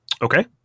Okay